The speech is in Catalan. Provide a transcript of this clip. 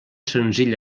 senzill